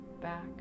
back